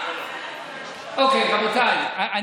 אוקיי, רבותיי, בסדר.